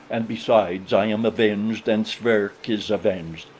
and besides, i am avenged and schwerke is avenged,